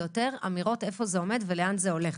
יותר אמירות איפה זה עומד ולאן זה הולך.